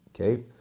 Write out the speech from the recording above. okay